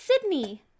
sydney